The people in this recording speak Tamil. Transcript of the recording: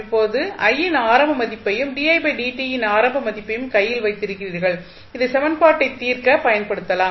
இப்போது I இன் ஆரம்ப மதிப்பையும் didt யின் ஆரம்ப மதிப்பையும் கையில் வைத்திருக்கிறீர்கள் இதை சமன்பாட்டை தீர்க்க பயன்படுத்தலாம்